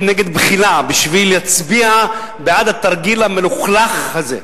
נגד בחילה בשביל להצביע בעד התרגיל המלוכלך הזה.